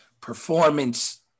performance